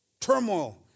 turmoil